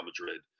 Madrid